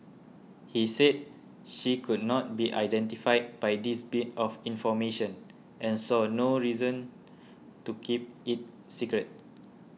he said she could not be identified by this bit of information and saw no reason to keep it secret